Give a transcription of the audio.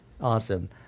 Awesome